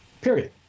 period